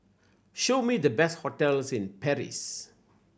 show me the best hotels in Paris